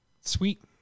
sweet